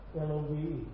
L-O-V-E